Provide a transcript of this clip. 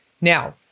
Now